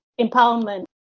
empowerment